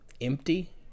empty